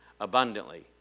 abundantly